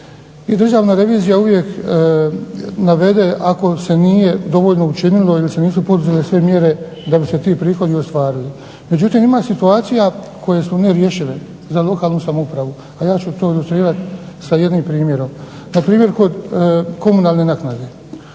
Državna revizija uvijek navede ako se nije dovoljno učinilo ili se nisu poduzele sve mjere da bi se ti prihodi ostvarili. Međutim, ima situacija koje su nerješive za lokalnu samoupravu. A ja ću to ilustrirati s jednim primjerom. Na primjer kod komunalne naknade